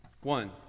One